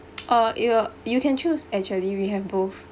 err it will you can choose actually we have both